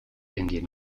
indian